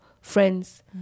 friends